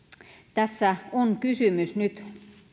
tässä on kysymys nyt